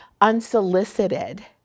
unsolicited